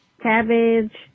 cabbage